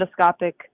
endoscopic